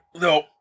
No